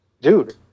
dude